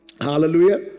Hallelujah